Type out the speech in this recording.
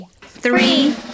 Three